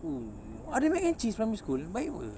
oo ada mac and cheese primary school baik apa